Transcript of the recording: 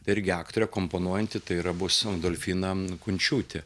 irgi aktorė komponuojant tai yra bus endolfina kunčiūtė